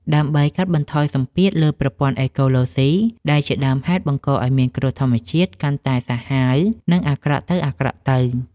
ដើម្បីកាត់បន្ថយសម្ពាធលើប្រព័ន្ធអេកូឡូស៊ី ដែលជាដើមហេតុបង្កឱ្យមានគ្រោះធម្មជាតិកាន់តែសាហាវ និងអាក្រក់ទៅៗ។